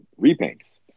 repaints